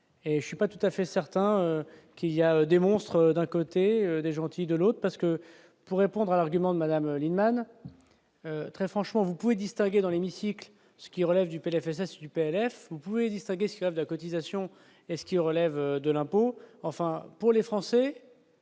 et je suis pas tout à fait certain qu'il y a des monstres, d'un côté les gentils de l'autre, parce que pour répondre à l'argument de Madame Lienemann, très franchement, vous pouvez distinguer dans l'hémicycle ce qui relève du PLFSS du PLF, vous pouvez distinguer de cotisation et ce qui relève de l'impôt, enfin, pour les Français.